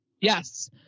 Yes